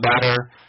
better